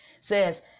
says